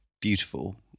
beautiful